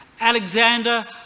Alexander